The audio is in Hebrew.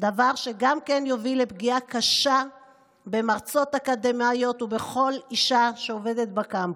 דבר שיוביל לפגיעה קשה במרצות אקדמאיות ובכל אישה שעובדת בקמפוס.